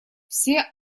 все